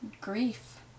Grief